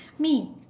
me